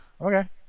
Okay